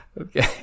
Okay